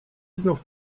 znów